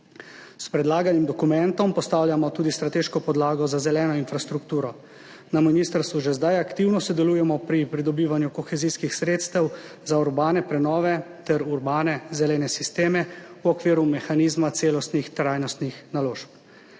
S predlaganim dokumentom postavljamo tudi strateško podlago za zeleno infrastrukturo. Na ministrstvu že zdaj aktivno sodelujemo pri pridobivanju kohezijskih sredstev za urbane prenove ter urbane zelene sisteme v okviru mehanizma celostnih trajnostnih naložb.